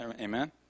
Amen